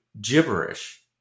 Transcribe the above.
gibberish